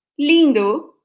lindo